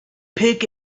pick